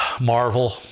Marvel